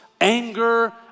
anger